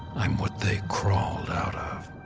i'm what they crawled out of.